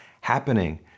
happening